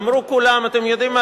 אמרו כולם: אתם יודעים מה,